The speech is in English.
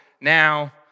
Now